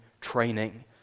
training